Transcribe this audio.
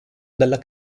dalla